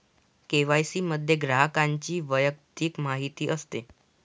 KYC मध्ये ग्राहकाची वैयक्तिक माहिती असते